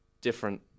different